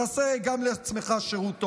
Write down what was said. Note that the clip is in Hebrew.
תעשה גם לעצמך שירות טוב.